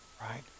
right